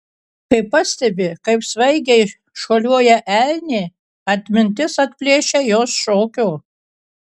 kai pastebi kaip svaigiai šuoliuoja elnė atmintis atplėšia jos šokio